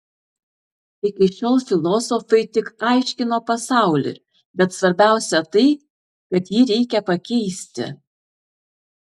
iki šiol filosofai tik aiškino pasaulį bet svarbiausia tai kad jį reikia pakeisti